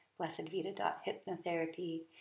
blessedvita.hypnotherapy